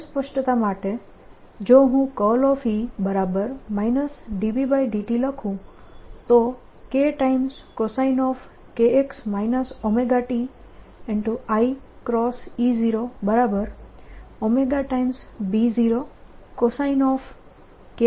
વધુ સ્પષ્ટતા માટે જો હું E ∂B∂t લખું તો kcoskx ωt iE0ωB0coskx ωt થશે